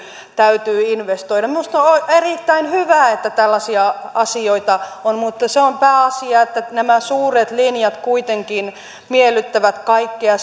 täytyy investoida minusta on erittäin hyvä että tällaisia asioita on mutta se on pääasia että nämä suuret linjat kuitenkin miellyttävät kaikkia